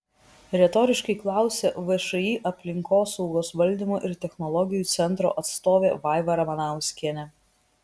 retoriškai klausia všį aplinkosaugos valdymo ir technologijų centro atstovė vaiva ramanauskienė